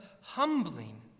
humbling